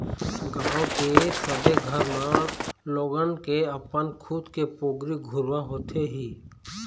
गाँव के सबे घर म लोगन के अपन खुद के पोगरी घुरूवा होथे ही